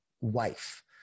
wife